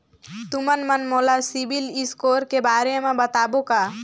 तुमन मन मोला सीबिल स्कोर के बारे म बताबो का?